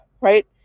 right